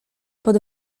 pod